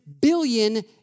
billion